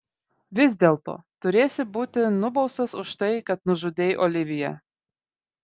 vis dėlto turėsi būti nubaustas už tai kad nužudei oliviją